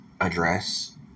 address